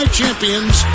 champions